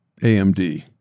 AMD